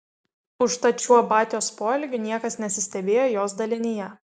užtat šiuo batios poelgiu niekas nesistebėjo jo dalinyje